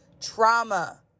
trauma